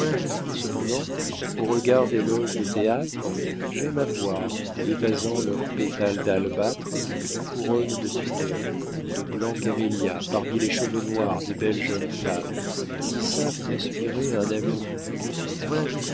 cependant au rebord des loges de théâtre j'aime à voir évasant leurs pétales d'albâtre couronne de pudeur de blancs camélias parmi les cheveux noirs des belles jeunes femmes qui savent inspirer un amour pur aux âmes